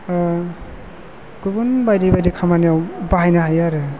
गुबुन बायदि बायदि खामानियाव बाहायनो हायो आरो